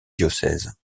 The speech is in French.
diocèse